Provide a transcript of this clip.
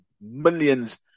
millions